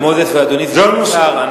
זה הנושא.